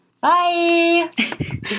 Bye